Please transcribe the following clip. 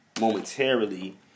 momentarily